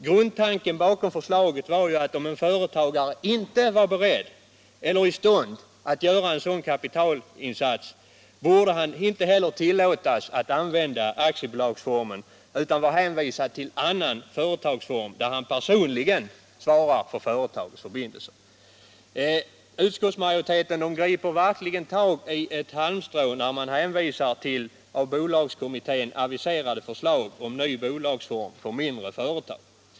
Huvudtanken bakom förslaget var att om en företagare inte var beredd eller i stånd att göra en sådan kapitalinsats, borde han inte heller tillåtas att använda aktiebolagsformen utan vara hänvisad till annan företagsform, där han personligen svarade för företagets förbindelser. Utskottsmajoriteten griper verkligen efter ett halmstrå när den hänvisar till av bolagskommittén aviserade förslag om ny bolagsform för mindre företag.